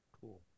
Cool